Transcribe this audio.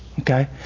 Okay